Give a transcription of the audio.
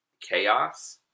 chaos